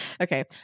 Okay